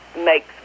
makes